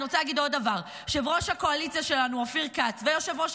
אני רוצה להגיד עוד דבר: יושב-ראש הקואליציה שלנו אופיר כץ ויושב-ראש